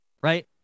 Right